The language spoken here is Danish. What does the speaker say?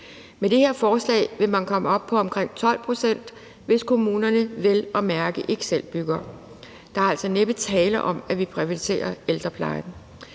Med det her forslag vil man komme op på omkring 12 pct., hvis kommunerne vel at mærke ikke selv bygger. Der er altså næppe tale om, at vi privatiserer ældreplejen.